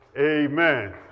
Amen